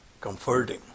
comforting